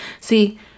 See